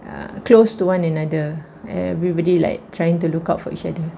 ah close to one another everybody like trying to look out for each other